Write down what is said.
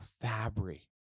Fabry